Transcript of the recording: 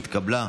נתקבל.